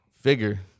figure